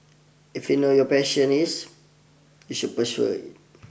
if you know your passion is you should pursue it